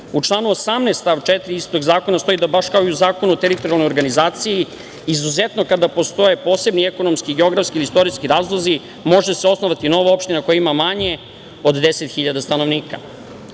članu 18. stav 4. istog zakona stoji da baš kao i u zakonu o teritorijalnoj organizaciji izuzetno kada postoje posebni ekonomski, geografski ili istorijski razlozi može se osnovati nova opština koja ima manje od 10.000 stanovnika. Takođe,